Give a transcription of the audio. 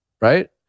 right